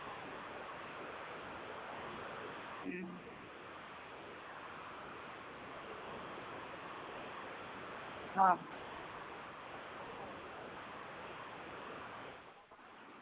ᱦᱩᱸ ᱦᱚᱸ